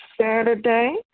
Saturday